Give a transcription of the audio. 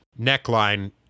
neckline